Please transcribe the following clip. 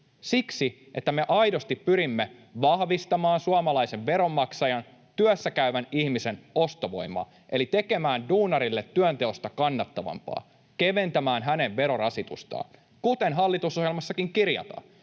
Siksi, että me aidosti pyrimme vahvistamaan suomalaisen veronmaksajan, työssä käyvän ihmisen ostovoimaa eli tekemään duunarille työnteosta kannattavampaa, keventämään hänen verorasitustaan, kuten hallitusohjelmassakin kirjataan.